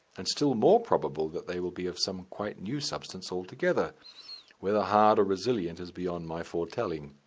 and still more probable that they will be of some quite new substance altogether whether hard or resilient is beyond my foretelling.